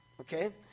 Okay